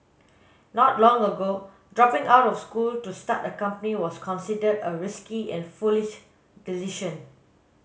not long ago dropping out of school to start a company was considered a risky and foolish decision